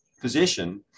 position